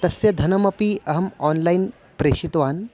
तस्य धनमपि अहम् आन्लैन् प्रेषितवान्